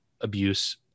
abuse